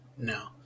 No